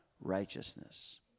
Righteousness